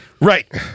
Right